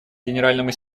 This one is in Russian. генеральному